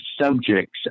subjects